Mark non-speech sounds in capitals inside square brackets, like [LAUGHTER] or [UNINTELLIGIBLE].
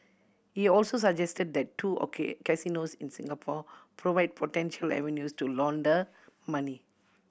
he also suggested that the two [UNINTELLIGIBLE] casinos in Singapore provide potential avenues to launder money